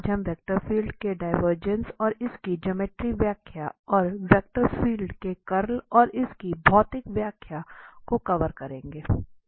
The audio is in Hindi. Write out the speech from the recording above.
आज हम वेक्टर फील्ड के डिवरजेंस और इसकी ज्यामितीय व्याख्या और वेक्टर फील्ड के कर्ल और इसकी भौतिक व्याख्या को कवर करेंगे